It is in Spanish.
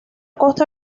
costa